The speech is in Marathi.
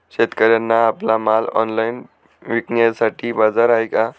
शेतकऱ्यांना आपला माल ऑनलाइन विकण्यासाठी बाजार आहे का?